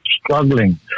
Struggling